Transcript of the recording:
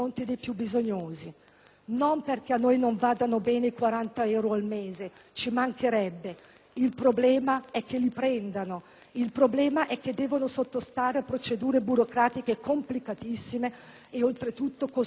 non perché a noi non vadano bene i 40 euro al mese, ci mancherebbe! Il problema è che li prendano, il problema è che devono sottostare a procedure burocratiche complicatissime ed oltretutto costose per il Paese.